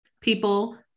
people